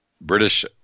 British